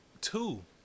Two